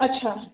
अच्छा